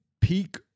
peak